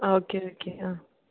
ആ okay okay ആ